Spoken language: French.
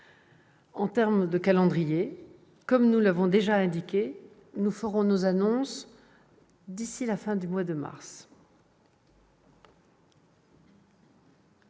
ce qui est du calendrier, comme nous l'avons déjà indiqué, nous ferons nos annonces d'ici à la fin du mois de mars.